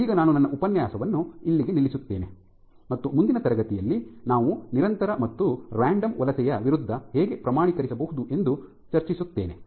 ಈಗ ನಾನು ನನ್ನ ಉಪನ್ಯಾಸವನ್ನು ಇಲ್ಲಿಗೆ ನಿಲ್ಲಿಸುತ್ತೇನೆ ಮತ್ತು ಮುಂದಿನ ತರಗತಿಯಲ್ಲಿ ನಾವು ನಿರಂತರ ಮತ್ತು ರಾಂಡಮ್ ವಲಸೆಯ ವಿರುದ್ಧ ಹೇಗೆ ಪ್ರಮಾಣೀಕರಿಸಬಹುದು ಎಂದು ಚರ್ಚಿಸುತ್ತೇನೆ